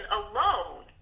alone